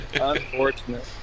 Unfortunate